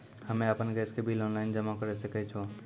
हम्मे आपन गैस के बिल ऑनलाइन जमा करै सकै छौ?